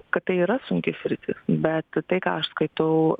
kad tai yra sunki sritis bet tai ką aš skaitau